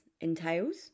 entails